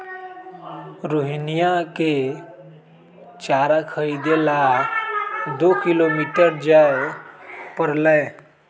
रोहिणीया के चारा खरीदे ला दो किलोमीटर जाय पड़लय